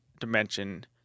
dimension